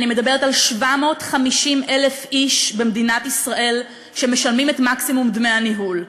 אני מדברת על 750,000 איש במדינת ישראל שמשלמים את מקסימום דמי הניהול.